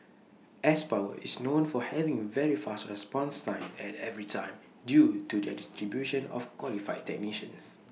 S power is known for having very fast response times at every time due to their distribution of qualified technicians